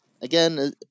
again